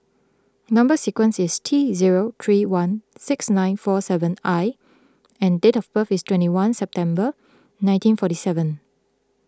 Number Sequence is T zero three one six nine four seven I and date of birth is twenty one September nineteen forty seven